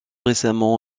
récemment